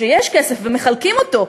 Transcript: שיש כסף ומחלקים אותו.